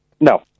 No